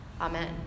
Amen